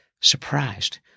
surprised